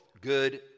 good